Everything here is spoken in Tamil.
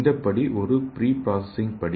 இந்த படி ஒரு ப்ரீ ப்ராசசிங் படி